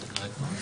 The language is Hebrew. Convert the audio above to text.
--- דירקטורים.